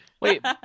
Wait